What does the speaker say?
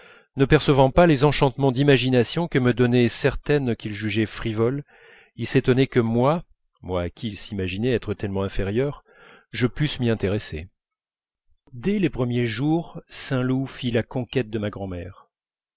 ne percevant pas les enchantements d'imagination que me donnaient certaines œuvres qu'il jugeait frivoles il s'étonnait que moi moi à qui il s'imaginait être tellement inférieur je pusse m'y intéresser dès les premiers jours saint loup fit la conquête de ma grand'mère